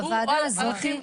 בוועדה הזאת,